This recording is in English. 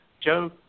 Joe